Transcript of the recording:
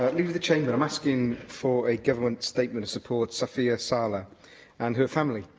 but leader of the chamber, i'm asking for a government statement to support safia saleh and her family.